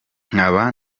nkaba